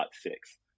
six